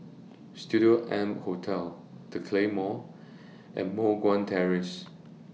Studio M Hotel The Claymore and Moh Guan Terrace